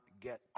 get